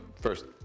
first